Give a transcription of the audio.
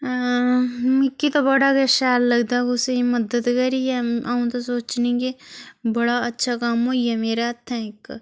मिकी ते बड़ा गै शैल लगदा कुसै दी मदद करियै आं'ऊ ते सोचनी के बड़ा अच्छा कम्म होई गेआ मेरे हत्थैं इक